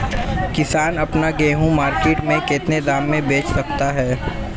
किसान अपना गेहूँ मार्केट में कितने दाम में बेच सकता है?